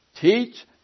teach